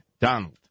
Donald